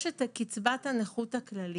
יש את קצבת הנכות הכללית,